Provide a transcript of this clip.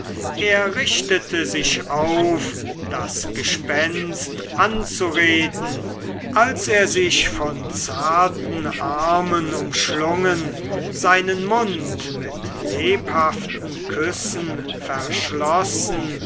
er richtete sich auf das gespenst anzureden als er sich von zarten armen umschlungen seinen mund mit lebhaften küssen verschlossen